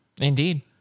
Indeed